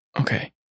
Okay